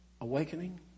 awakening